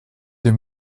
les